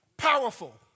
Powerful